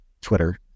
twitter